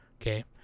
Okay